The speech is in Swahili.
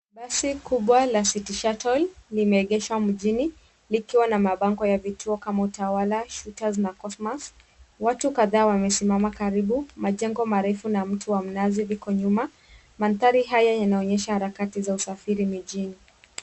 Basi kubwa la City Shuttle, limeegeshwa mjini likiwa na mabango ya vituo kama UTAWALA, SHOOTERS na COSMAS.Watu kadhaa wamesimama karibu, majengo marefu na mti wa mnazi viko nyuma. Mandhari haya yanaonyesha harakati za usafiri mijini.